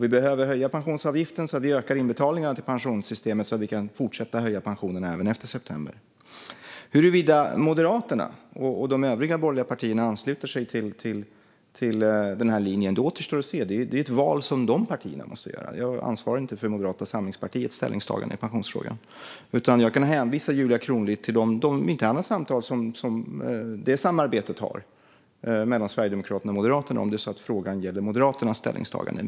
Vi behöver höja pensionsavgiften så att vi ökar inbetalningarna till pensionssystemet och kan fortsätta att höja pensionerna även efter september. Huruvida Moderaterna och de övriga borgerliga partierna ansluter sig till denna linje återstår att se. Det är ett val som dessa partier måste göra. Jag ansvarar inte för Moderata samlingspartiets ställningstagande i pensionsfrågan. Jag kan hänvisa Julia Kronlid till de interna samtal som samarbetet mellan Sverigedemokraterna och Moderaterna har om det är så att frågan gäller Moderaternas ställningstagande.